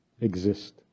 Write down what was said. exist